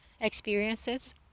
experiences